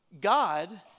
God